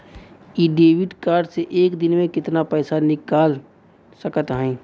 इ debit card से एक दिन मे कितना पैसा निकाल सकत हई?